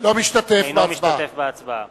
אינו משתתף בהצבעה